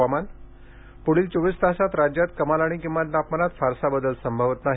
हुवामान पुढील चोवीस तासात राज्यात कमाल आणि किमान तापमानात फारसा बदल संभवत नाही